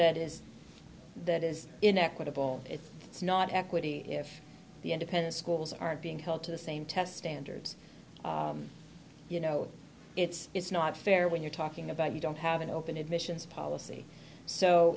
that is that is inequitable if it's not equity if the independent schools aren't being held to the same test standards you know it's it's not fair when you're talking about we don't have an open admissions policy so